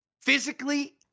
physically